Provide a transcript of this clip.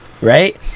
right